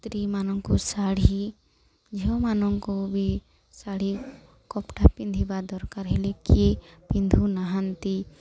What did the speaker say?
ସ୍ତ୍ରୀମାନଙ୍କୁ ଶାଢ଼ୀ ଝିଅମାନଙ୍କୁ ବି ଶାଢ଼ୀ କପଡ଼ା ପିନ୍ଧିବା ଦରକାର ହେଲେ କିଏ ପିନ୍ଧୁ ନାହାନ୍ତି